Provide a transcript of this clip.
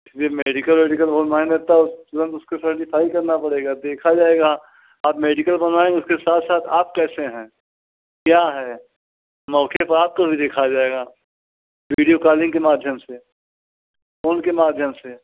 इसलिए मेडिकल वेडिकल बहुत मायने नहीं रखता तुरंत उसको सर्टिफाई करना पड़ेगा देखा जाएगा आप मेडिकल बनवाए हैं उसके साथ आप कैसे हैं क्या है मौके पर आपको भी देखा जाएगा वीडियो कॉलिंग के माध्यम से फॉन के माध्यम से